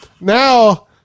Now